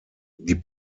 die